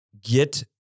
get